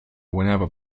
whenever